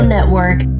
Network